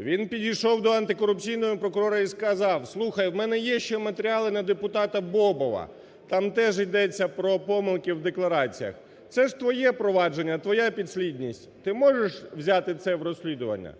Він підійшов до антикорупційного прокурора і сказав: "Слухай, в мене є ще матеріали на депутата Бобова. Там теж ідеться про помилки в деклараціях. Це ж твоє провадження, твоя підслідність. Ти можеш це взяти в розслідування?"